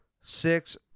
six